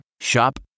Shop